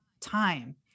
time